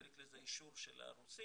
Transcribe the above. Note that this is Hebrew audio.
צריך לזה אישור של הרוסים,